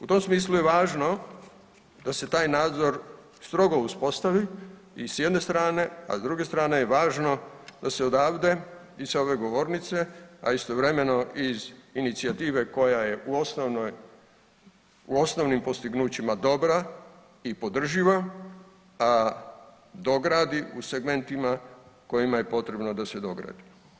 U tom smislu je važno da se taj nadzor strogo uspostavi i s jedne strane, a s druge strane je važno da se odavde i sa ove govornice, a istovremeno i iz inicijative koja je u osnovnim postignućima dobra i podrživa, a dogradi u segmentima u kojima je potrebno da se dogradi.